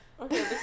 okay